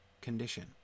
condition